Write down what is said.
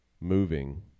moving